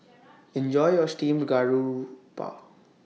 Enjoy your Steamed Garoupa